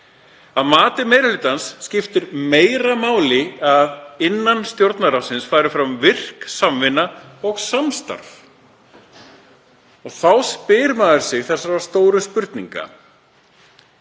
„Að mati meiri hlutans skiptir meira máli að innan Stjórnarráðsins fari fram virk samvinna og samstarf.“ Þá spyr maður sig þessarar stóru spurningar: